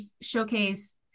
showcase